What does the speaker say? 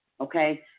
Okay